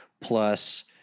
plus